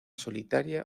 solitaria